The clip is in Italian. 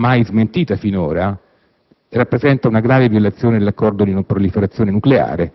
mai smentita sino ad